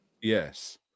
Yes